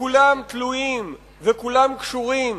וכולם תלויים וכולם קשורים